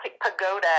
pagoda